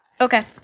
Okay